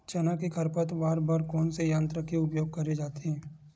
चना के खरपतवार बर कोन से यंत्र के उपयोग करे जाथे?